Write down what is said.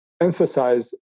emphasize